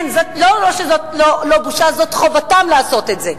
כן, לא רק שזו לא בושה, זו חובתם לעשות את זה.